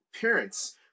parents